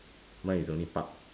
mine is only park